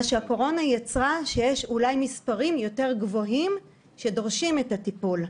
מה שהקורונה יצרה זה שיש אולי מספרים יותר גבוהים שדורשים את הטיפול,